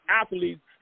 athletes